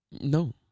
No